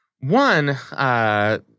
One –